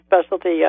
specialty